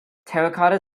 terracotta